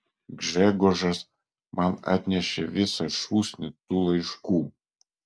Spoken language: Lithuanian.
gžegožas man atnešė visą šūsnį tų laiškų